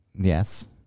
Yes